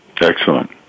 Excellent